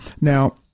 Now